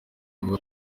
avuga